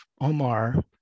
Omar